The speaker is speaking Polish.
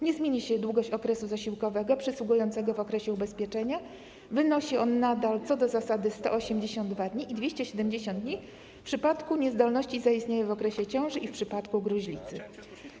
Nie zmieni się długość okresu zasiłkowego przysługującego w okresie ubezpieczenia - wynosi on nadal co do zasady 182 dni i 270 dni w przypadku niezdolności zaistniałej w okresie ciąży i w przypadku gruźlicy.